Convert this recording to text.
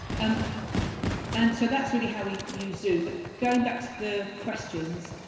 um and so that's really how we use zoom, but going back to the questions,